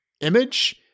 image